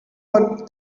what